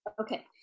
Okay